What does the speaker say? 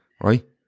right